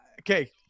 okay